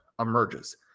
Emerges